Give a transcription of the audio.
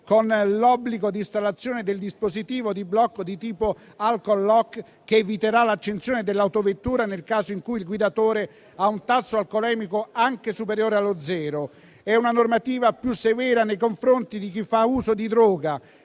con l'obbligo di installazione del dispositivo di blocco di tipo alcolock, che eviterà l'accensione dell'autovettura nel caso in cui il guidatore abbia un tasso alcolemico superiore allo zero. La normativa è più severa anche nei confronti di chi fa uso di droga.